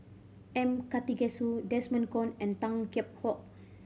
M Karthigesu Desmond Kon and Tan Kheam Hock